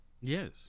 yes